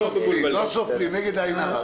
לא סופרים, נגד עין הרע.